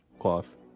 cloth